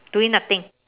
doing nothing